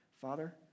Father